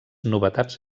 novetats